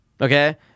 okay